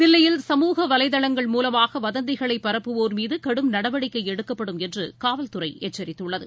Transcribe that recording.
தில்லியில் சமூக வலைதளங்கள் மூலமாக வதந்திகளை பரப்புவோர் மீது கடும் நடவடிக்கை எடுக்கப்படும் என்று காவல்துறை எச்சரித்துள்ளது